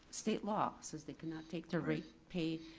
state law says they cannot take the rate pay,